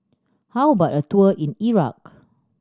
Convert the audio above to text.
how about a tour in Iraq